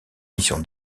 mission